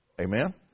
Amen